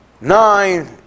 nine